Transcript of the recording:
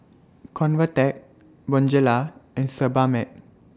Convatec Bonjela and Sebamed